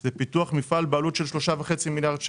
מפעל השפד"ן זה פיתוח מפעל בעלות של 3.5 מיליארד שקל.